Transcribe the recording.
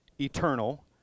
eternal